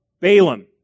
Balaam